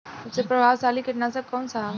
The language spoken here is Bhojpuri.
सबसे प्रभावशाली कीटनाशक कउन सा ह?